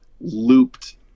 looped